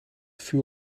vuur